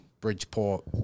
Bridgeport